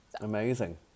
amazing